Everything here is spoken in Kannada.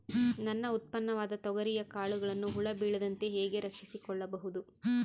ನನ್ನ ಉತ್ಪನ್ನವಾದ ತೊಗರಿಯ ಕಾಳುಗಳನ್ನು ಹುಳ ಬೇಳದಂತೆ ಹೇಗೆ ರಕ್ಷಿಸಿಕೊಳ್ಳಬಹುದು?